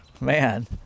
Man